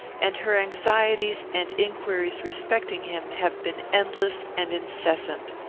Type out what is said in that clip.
and her anxieties and inquiries respecting him have been endless and incessant.